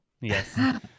Yes